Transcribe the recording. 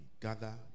gather